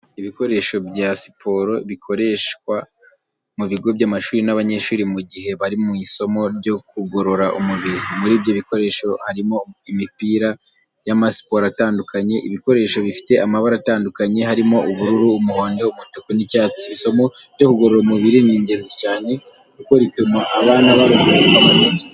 Ibikoresho bya siporo bikoreswa mu bigo by'amashuri n'abanyeshuri mu gihe bari mu isomo ryo kugorora umubiri. Muri ibyo bikoresho harimo imipira y'amasiporo atandukanye, ibikoresho bifite amabara atandukanye harimo ubururu, umuhondo, umutuku n'icyatsi. Isomo ryo kugorora umubiri ni ingenzi cyane kuko rituma abana baruhuka mu mutwe.